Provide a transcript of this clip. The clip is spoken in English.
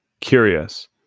curious